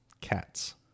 Cats